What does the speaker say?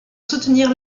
soutenir